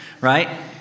Right